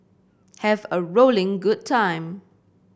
have a rolling good time